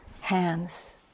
hands